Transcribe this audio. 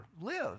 Live